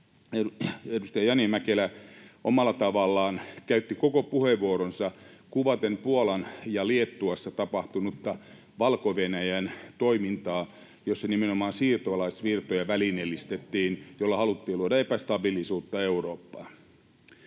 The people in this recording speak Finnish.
Edustaja Jani Mäkelä omalla tavallaan käytti koko puheenvuoronsa kuvaten Puolassa ja Liettuassa tapahtunutta Valko-Venäjän toimintaa, [Toimi Kankaanniemi: Ei mitään koko puhetta!] jossa nimenomaan siirtolaisvirtoja välineellistettiin ja jolla haluttiin luoda epästabiilisuutta Eurooppaan.